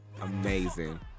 Amazing